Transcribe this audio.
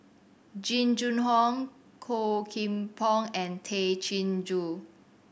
Jing Jun Hong Low Kim Pong and Tay Chin Joo